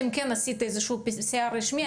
אם כן עשית איזושהי בדיקת PCR רשמית,